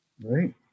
right